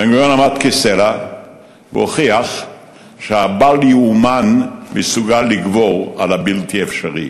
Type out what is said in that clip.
בן-גוריון עמד כסלע והוכיח שהבל-ייאמן מסוגל לגבור על הבלתי-אפשרי.